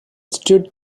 stood